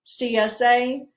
CSA